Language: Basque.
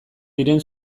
diren